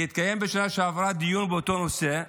התקיים בשנה שעברה דיון באותו נושא,